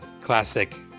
classic